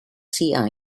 sea